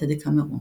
את הדקאמרון.